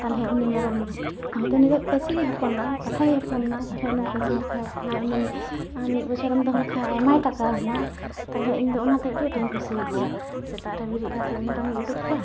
ᱛᱟᱞᱦᱮ ᱩᱱᱤ ᱢᱮᱨᱚᱢ ᱦᱚᱭᱛᱚ ᱩᱱᱤᱫᱚ ᱠᱟᱹᱥᱤᱜᱮᱭ ᱦᱚᱯᱚᱱᱱᱟ ᱯᱟᱴᱷᱟᱭ ᱦᱚᱯᱚᱱᱱᱟ ᱛᱟᱞᱦᱮ ᱩᱱᱤᱢ ᱠᱟᱹᱥᱤ ᱞᱮᱠᱷᱟᱡ ᱛᱟᱞᱦᱮ ᱩᱱᱤ ᱢᱤᱫ ᱵᱚᱪᱷᱚᱨᱮᱢ ᱫᱚᱦᱚ ᱞᱮᱠᱷᱟᱡ ᱟᱭᱢᱟᱭ ᱴᱟᱠᱟᱣᱟᱢᱟ ᱛᱟᱞᱦᱮ ᱤᱧᱫᱚ ᱚᱱᱟᱛᱮ ᱟᱹᱰᱤ ᱟᱴᱤᱧ ᱠᱩᱥᱤᱭᱟ ᱠᱚᱣᱟ ᱥᱮᱛᱟᱜᱨᱮ ᱵᱤᱨᱤᱫ ᱠᱟᱴᱮ ᱢᱮᱨᱚᱢᱤᱧ ᱳᱰᱳᱠ ᱠᱚᱣᱟ